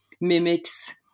mimics